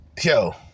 Yo